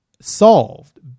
solved